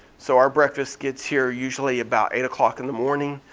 so our breakfast gets here usually about eight o'clock in the morning.